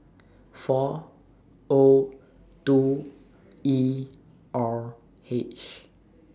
four O two E R H